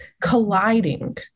colliding